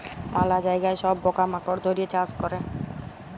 ম্যালা জায়গায় সব পকা মাকড় ধ্যরে চাষ ক্যরে